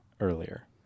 earlier